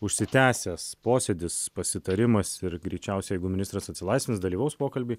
užsitęsęs posėdis pasitarimas ir greičiausiai jeigu ministras atsilaisvins dalyvaus pokalby